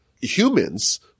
Humans